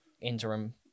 interim